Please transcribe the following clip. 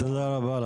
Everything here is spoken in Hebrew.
תודה רבה.